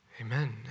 Amen